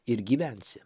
ir gyvensi